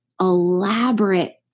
elaborate